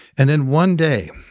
and then one day,